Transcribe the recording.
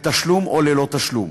בתשלום או ללא תשלום.